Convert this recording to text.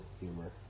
humor